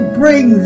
bring